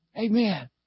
Amen